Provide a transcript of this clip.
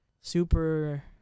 super